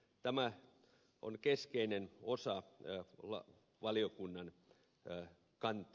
tämä on keskeinen osa valiokunnan kantaa tältä osin